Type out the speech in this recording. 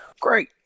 Great